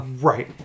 Right